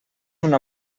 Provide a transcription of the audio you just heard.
una